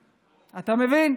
הצרפתים, אתה מבין?